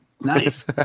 Nice